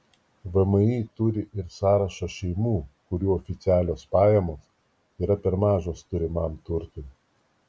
vmi turi ir sąrašą šeimų kurių oficialios pajamos yra per mažos turimam turtui